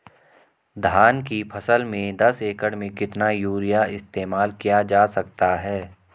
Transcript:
धान की फसल में दस एकड़ में कितना यूरिया इस्तेमाल किया जा सकता है?